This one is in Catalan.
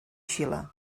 xile